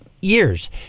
years